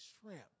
shrimp